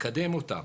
לקדם אותן